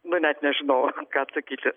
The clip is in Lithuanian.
nu net nežinau ką atsakyti